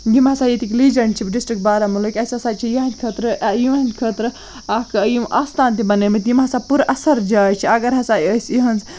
یِم ہسا ییٚتِکۍ لیجَنٛٹ چھِ ڈِسٹِرٛک بارہمولہٕکۍ اَسہِ ہسا چھِ یِہٕنٛد خٲطرٕ یِہٕنٛدۍ خٲطرٕ اَکھ یِم آستان تہِ بنٲیمٕتۍ یِم ہسا پُر اثر جایہِ چھِ اگر ہسا أسۍ یِہٕنٛز